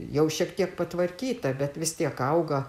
jau šiek tiek patvarkyta bet vis tiek auga